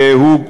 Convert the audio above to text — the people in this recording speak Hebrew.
והוא,